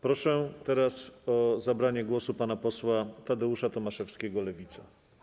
Proszę teraz o zabranie głosu pana posła Tadeusza Tomaszewskiego, Lewica.